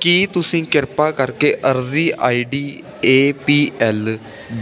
ਕੀ ਤੁਸੀਂ ਕਿਰਪਾ ਕਰਕੇ ਅਰਜ਼ੀ I D A P L